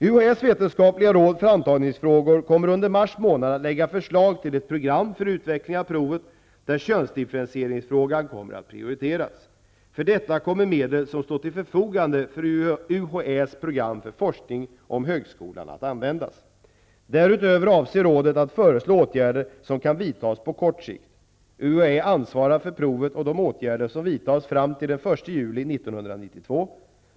UHÄ:s vetenskapliga råd för antagningsfrågor kommer under mars månad att lägga fram förslag till ett program för utveckling av provet, där könsdifferentieringsfrågan kommer att prioriteras. För detta kommer medel som står till förfogande för UHÄ:s program för forskning om högskolan att användas. Därutöver avser rådet att föreslå åtgärder som kan vidtas på kort sikt. UHÄ ansvarar för provet och de åtgärder som vidtas fram till den 1 juli 1992.